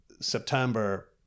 September